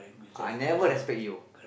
I'll never respect you